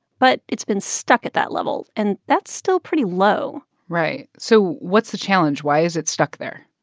but it's been stuck at that level, and that's still pretty low right. so what's the challenge? why is it stuck there?